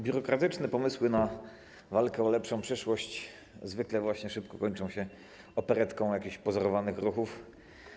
Biurokratyczne pomysły na walkę o lepszą przyszłość zwykle szybko kończą się operetką, jakimiś pozorowanymi ruchami.